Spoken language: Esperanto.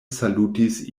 salutis